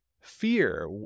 fear